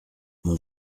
mon